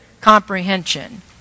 comprehension